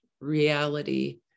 reality